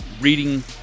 reading